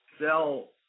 sell